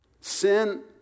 Sin